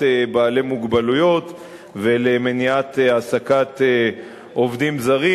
בעלי מוגבלות ומניעת העסקת עובדים זרים,